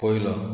पयलो